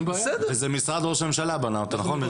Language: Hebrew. וזה משרד ראש הממשלה בנה אותה, נכון?